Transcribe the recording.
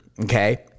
Okay